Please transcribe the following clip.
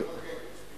מחוקק.